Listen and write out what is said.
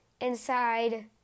inside